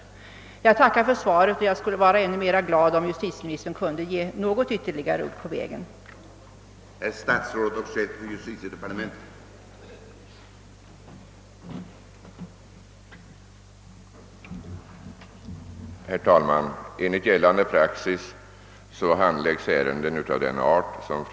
Jag tackar än en gång för svaret och skulle vara ännu gladare om justitieministern kunde ge ytterligare något ord på vägen i denna fråga.